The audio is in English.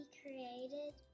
created